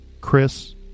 Chris